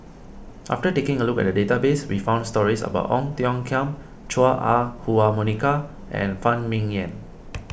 after taking a look at the database we found stories about Ong Tiong Khiam Chua Ah Huwa Monica and Phan Ming Yen